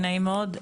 נעים מאוד,